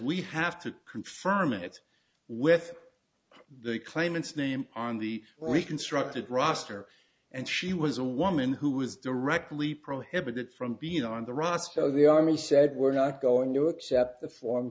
we have to confirm it with the claimants name on the we constructed roster and she was a woman who was directly prohibited from being on the roster the army said we're not going to accept the form